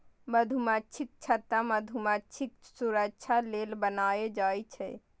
मधुमाछीक छत्ता मधुमाछीक सुरक्षा लेल बनाएल जाइ छै